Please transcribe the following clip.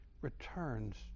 returns